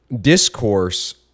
discourse